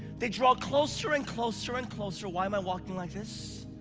they draw closer and closer and closer. why am i walking like this?